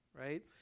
right